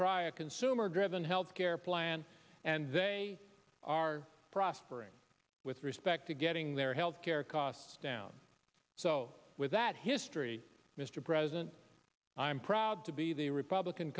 try a consumer driven health care plan and they are prospering with respect to getting their health care costs down so with that history mr president i'm proud to be the republican